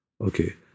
Okay